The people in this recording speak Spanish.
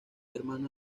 hermano